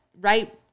right